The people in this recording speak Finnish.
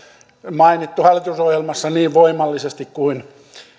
mainittu hallitusohjelmassa niin voimallisesti kuin